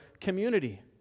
community